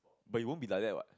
but you won't be like that what